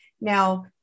now